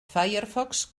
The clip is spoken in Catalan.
firefox